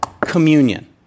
communion